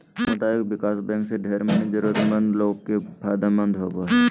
सामुदायिक विकास बैंक से ढेर मनी जरूरतमन्द लोग के फायदा होवो हय